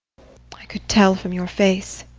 i could tell from your face.